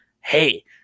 hey